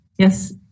Yes